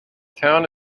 town